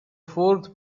fourth